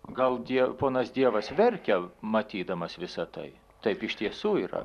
gal die ponas dievas verkia matydamas visa tai taip iš tiesų yra